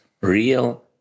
real